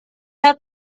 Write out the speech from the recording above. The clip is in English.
had